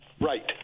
Right